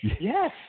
yes